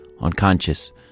unconscious